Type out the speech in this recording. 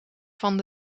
van